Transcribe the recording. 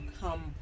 come